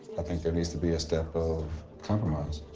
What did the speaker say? i think there needs to be a step of compromise.